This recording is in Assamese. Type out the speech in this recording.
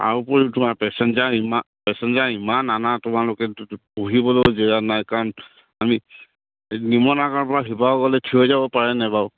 তাৰ উপৰিও তোমাৰ পেচেঞ্জাৰ ইমান পেচেঞ্জাৰ ইমান আনা তোমালোকে বহিবলৈ জেগা নাই কাৰণ আমি নিমনাগাঁৱৰ পৰা শিৱসাগৰলে থিয়হি যাব পাৰেনে বাৰু